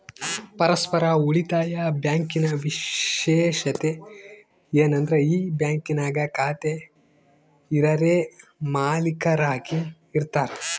ಪರಸ್ಪರ ಉಳಿತಾಯ ಬ್ಯಾಂಕಿನ ವಿಶೇಷತೆ ಏನಂದ್ರ ಈ ಬ್ಯಾಂಕಿನಾಗ ಖಾತೆ ಇರರೇ ಮಾಲೀಕರಾಗಿ ಇರತಾರ